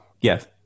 yes